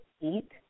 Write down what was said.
eat